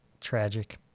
Tragic